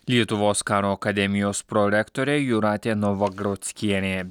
lietuvos karo akademijos prorektorė jūratė novagrockienė